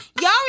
y'all